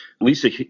Lisa